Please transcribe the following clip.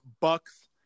Bucks